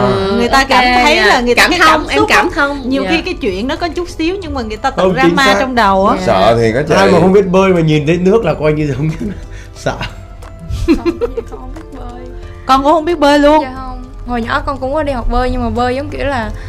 Ừ, Người ta ok, cảm thấy dạ. là người ta Cảm cái cảm thông, em xúc á, cảm thông, nhiều dạ. khi cái chuyện nó có chút xíu nhưng mà người ta tự Không, drama chính xác. trong đầu á. Dạ. Sợ thì có chạy. Ai mà không biết bơi mà nhìn thấy nước là coi như giống như- không biết- sợ. Con cũng vậy, con không biết bơi. Con cũng không biết bơi luôn. Dạ không. Hồi nhỏ con cũng có đi học bơi nhưng mà bơi giống kiểu là-